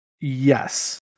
Yes